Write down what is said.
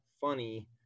funny